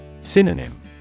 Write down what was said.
Synonym